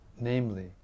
namely